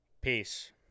Peace